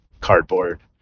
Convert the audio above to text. cardboard